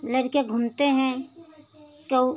लड़का घूमते हैं केउ